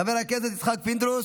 חבר הכנסת יצחק פינדרוס,